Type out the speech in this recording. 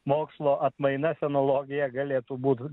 mokslo atmainas analogija galėtų būt